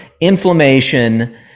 inflammation